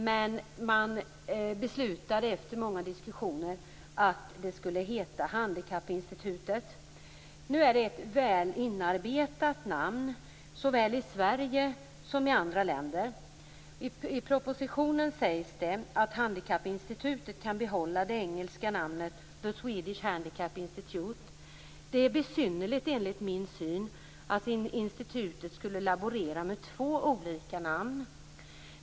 Man beslutade efter många diskussioner att det skulle heta Handikappinstitutet. Nu är det ett väl inarbetat namn såväl i Sverige som i andra länder. I propositionen sägs det att Handikappinstitutet kan behålla det engelska namnet The Det är besynnerligt enligt min syn att institutet skulle laborera med två olika namn.